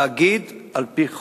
תאגיד על-פי חוק,